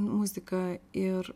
muziką ir